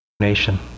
nation